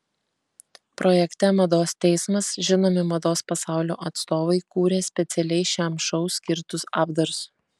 projekte mados teismas žinomi mados pasaulio atstovai kūrė specialiai šiam šou skirtus apdarus